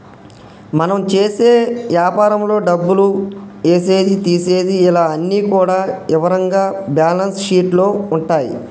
మనం చేసే యాపారంలో డబ్బులు ఏసేది తీసేది ఇలా అన్ని కూడా ఇవరంగా బ్యేలన్స్ షీట్ లో ఉంటాయి